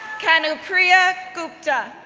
kanupriya gupta,